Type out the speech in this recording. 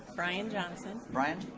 brian johnson. brian?